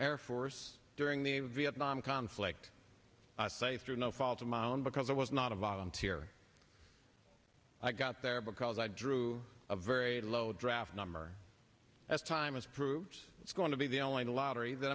air force during the vietnam conflict i say through no fault of my own because it was not a volunteer i got there because i drew a very low draft number as time has proved it's going to be the only the lottery that